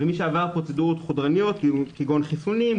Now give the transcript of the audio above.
ומי שעבר פרוצדורות חודרניות כגון חיסונים,